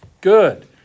good